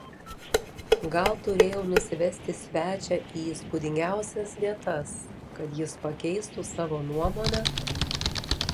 gal turėjau nusivesti svečią į įspūdingiausias vietas kad jis pakeistų savo nuomonę